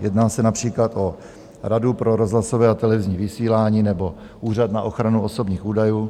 Jedná se například o Radu pro rozhlasové a televizní vysílání nebo Úřad na ochranu osobních údajů.